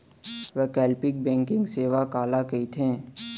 वैकल्पिक बैंकिंग सेवा काला कहिथे?